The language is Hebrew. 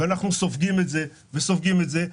לכן אנחנו סופגים את זה וסופגים את זה.